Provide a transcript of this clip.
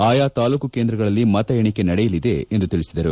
ಆಯಾ ತಾಲೂಕು ಕೇಂದ್ರಗಳಲ್ಲಿ ಮತಎಣಿಕೆ ನಡೆಯಲಿದೆ ಎಂದು ತಿಳಿಸಿದರು